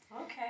Okay